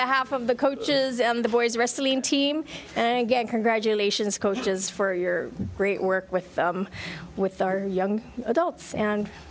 behalf of the coaches and the boys wrestling team and again congratulations coaches for your great work with with our young adult and